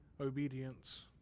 obedience